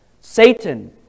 Satan